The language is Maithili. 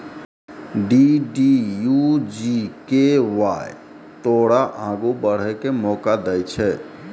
डी.डी.यू जी.के.वाए तोरा आगू बढ़ै के मौका दै छै